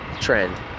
Trend